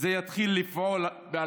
אין שום